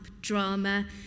drama